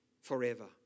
forever